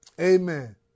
Amen